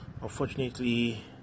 Unfortunately